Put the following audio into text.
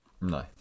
No